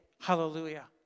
Hallelujah